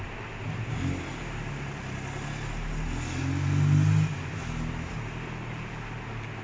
நீ:nee start leh வந்து:vanthu if you give ninety five percent accuracy then they give you sixty five dollars